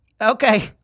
Okay